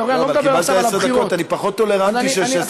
אתה רואה, אני לא מדבר עכשיו על הבחירות.